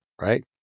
right